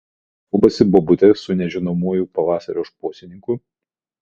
kalbasi bobutė su nežinomuoju pavasario šposininku